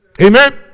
Amen